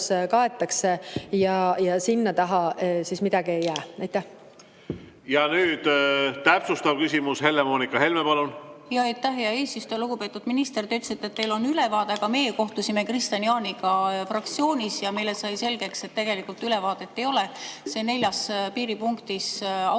kaetakse ja sinna taha midagi ei jää. Ja nüüd täpsustav küsimus. Helle-Moonika Helme, palun! Aitäh, hea eesistuja! Lugupeetud minister! Te ütlesite, et teil on ülevaade, aga meie kohtusime Kristian Jaaniga fraktsioonis ja meile sai selgeks, et tegelikult ülevaadet ei ole. See neljas piiripunktis autode